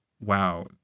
wow